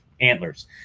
antlers